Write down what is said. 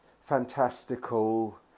fantastical